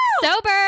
sober